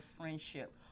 friendship